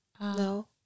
No